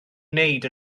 wneud